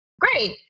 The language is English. great